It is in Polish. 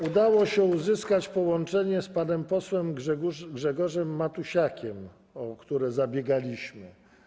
Udało się uzyskać połączenie z panem posłem Grzegorzem Matusiakiem, o które zabiegaliśmy.